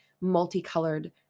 multicolored